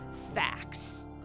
facts